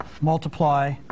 multiply